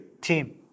team